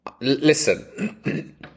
Listen